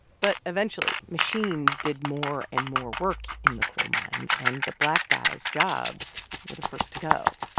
but eventually, machines did more and more work in the coal mines, and the black guys' jobs were the first to go